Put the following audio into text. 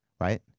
right